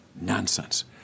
Nonsense